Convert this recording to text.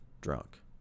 drunk